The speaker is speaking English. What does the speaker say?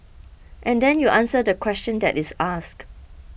and then you answer the question that is asked